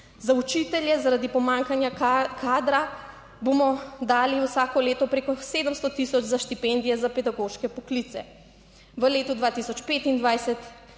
Za učitelje, zaradi pomanjkanja kadra, bomo dali vsako leto preko 700000 za štipendije za pedagoške poklice. V letu 2025